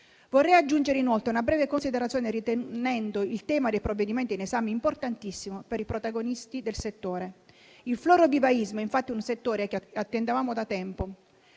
Vorrei aggiungere inoltre una breve considerazione, ritenendo il tema dei provvedimenti in esame importantissimo per i protagonisti del settore. Il florovivaismo, infatti, è un settore che attendeva da tempo